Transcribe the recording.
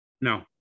No